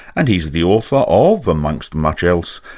and he's the author of, amongst much else,